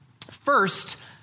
First